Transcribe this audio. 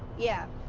yeah.